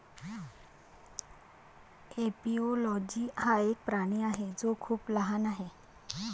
एपिओलोजी हा एक प्राणी आहे जो खूप लहान आहे